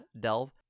delve